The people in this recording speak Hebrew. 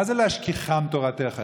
מה זה "להשכיחם תורתך"?